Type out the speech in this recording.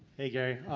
hey, gary,